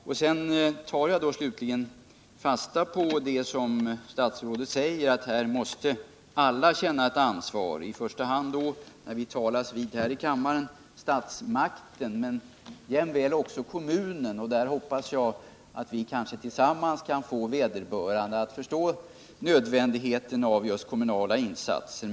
Slutligen tar jag fasta på det som statsrådet säger, att här måste alla känna ett ansvar, i första hand — när vi talas vid här i kammaren —staten, men jämväl också kommunen. Jag hoppas att vi kanske tillsammans kan få vederbörande att förstå nödvändigheten av just kommunala insatser.